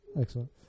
Excellent